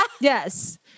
Yes